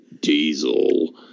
Diesel